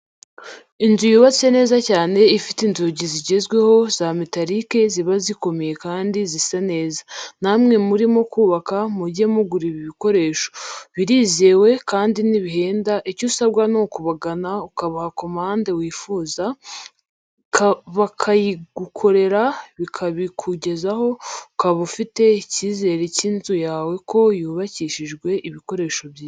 Inzu yubatse neza cyane ifite inzugi zigezweho za metarike ziba zikomeye kandi zisa neza, namwe murimo kubaka mujye mugura ibi bikoresho, birizewe kandi ntibihenda, icyo usabwa ni ukubagana ukabaha komande wifuza, bakayigukorera bikabikugezaho ukaba ufite icyizere cy'inzu yawe ko yubakishjwe bikoresho byiza.